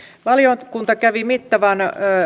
valiokunta kävi mittavan